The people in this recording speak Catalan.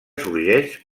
sorgeix